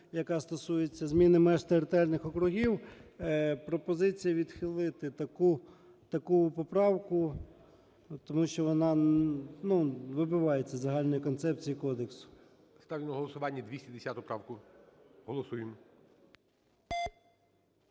яка стосується зміни меж територіальних округів. Пропозиція відхилити таку поправку. Тому що вона вибивається з загальної концепції кодексу. ГОЛОВУЮЧИЙ. Ставлю на голосування 210 правку. Голосуємо.